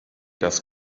das